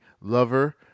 lover